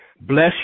Bless